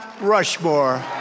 Rushmore